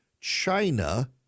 China